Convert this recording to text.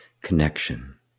connection